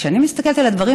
וכשאני מסתכלת על הדברים,